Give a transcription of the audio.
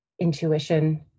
intuition